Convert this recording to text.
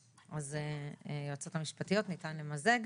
היועצות המשפטיות, ניתן למזג.